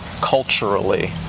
culturally